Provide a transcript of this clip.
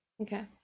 Okay